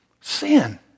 Sin